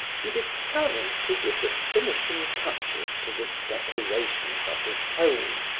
he determined to give the finishing touches to the decorations of his home.